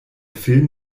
film